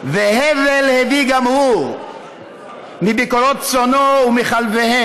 והבל הביא גם הוא מבכֹרות צאנו ומחלבהן.